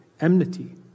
enmity